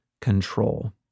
control